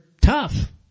tough